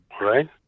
right